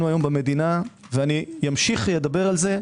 היום במדינה ואני אמשיך לדבר על זה.